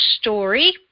story